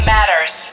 Matters